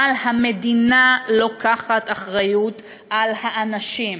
אבל המדינה לוקחת אחריות לאנשים,